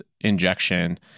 injection